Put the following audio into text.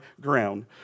ground